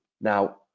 Now